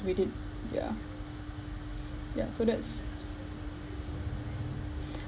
we did yeah ya so that's